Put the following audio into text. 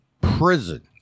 prison